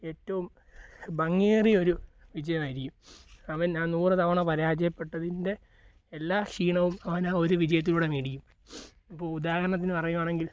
ഏറ്റവും ഭംഗിയേറിയ ഒരു വിജയമായിരിക്കും അവൻ ആ നൂറു തവണ പരാജയപ്പെട്ടതിൻ്റെ എല്ലാ ക്ഷീണവും അവനാ ഒരു വിജയത്തിലൂടെ മേടിക്കും ഇപ്പം ഉദാഹരണത്തിനു പറയുകയാണെങ്കിൽ